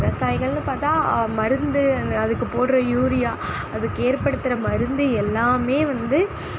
விவசாயிகள்ன்னு பார்த்தா மருந்து அந்த அதுக்கு போட்ற யூரியா அதற்கேற்படுத்துற மருந்து எல்லாமே வந்து